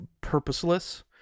purposeless